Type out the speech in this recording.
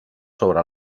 sobre